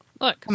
Look